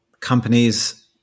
companies